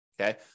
Okay